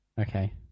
Okay